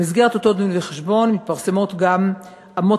במסגרת אותו דין-וחשבון מתפרסמות גם אמות